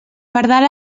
pardal